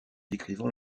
décrivant